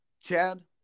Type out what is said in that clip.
chad